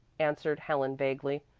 answered helen vaguely.